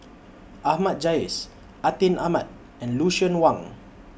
Ahmad Jais Atin Amat and Lucien Wang